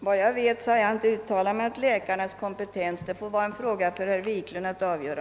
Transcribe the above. Herr talman! Vad jag vet har jag inte uttalat mig om läkarnas kompetens. Det får vara en fråga för herr Wiklund att avgöra.